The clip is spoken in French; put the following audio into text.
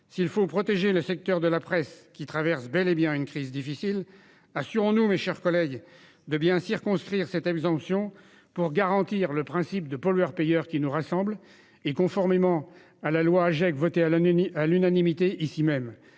S'il faut protéger le secteur de la presse, qui traverse bel et bien une crise difficile, assurons-nous, mes chers collègues, de bien circonscrire cette exemption pour garantir le respect du principe du pollueur-payeur qui nous rassemble et pour rester en conformité avec la loi Agec